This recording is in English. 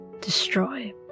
destroy